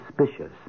suspicious